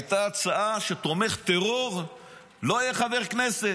הייתה הצעה שתומך טרור לא יהיה חבר כנסת.